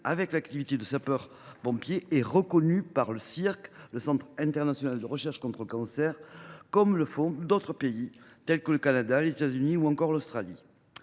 avec l’activité de sapeur pompier est reconnu par le Centre international de recherche sur le cancer (Circ), comme le font d’autres pays tels que le Canada, les États Unis ou encore l’Australie.